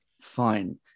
Fine